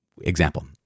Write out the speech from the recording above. example